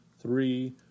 three